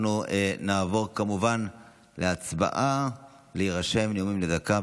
אנחנו נעבור כמובן להצבעה להירשם לנאומים בני דקה.